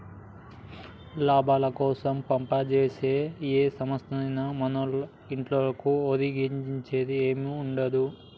లాభాలకోసం పంజేసే ఏ సంస్థైనా మన్లాంటోళ్లకు ఒరిగించేదేముండదు